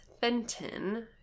Fenton